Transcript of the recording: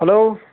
hello